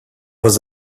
was